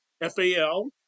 F-A-L